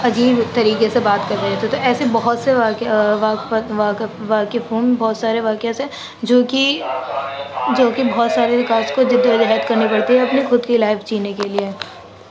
عجیب طریقے سے بات کر رہے تھے تو ایسے بہت سے واقع واقف ہوں بہت سارے واقعہ سے جو کہ جو کہ بہت سارے رکاص کو جدوجہد کرنی پڑتی ہے اپنے خود کی لائف جینے کے لیے